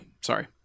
sorry